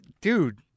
dude